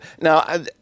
Now